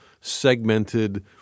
segmented